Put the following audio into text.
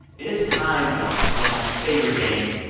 it is time, y'all, for my favorite game,